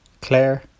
Claire